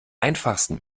einfachsten